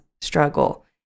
struggle